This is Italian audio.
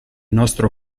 nostro